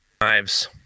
knives